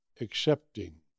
accepting